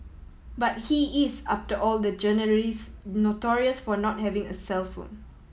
but he is after all the journalist notorious for not having a cellphone